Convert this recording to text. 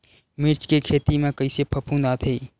मिर्च के खेती म कइसे फफूंद आथे?